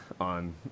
On